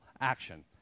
action